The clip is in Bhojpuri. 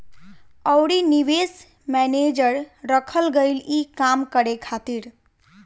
अउरी निवेश मैनेजर रखल गईल ई काम करे खातिर